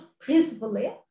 principally